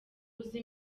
uzi